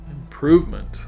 improvement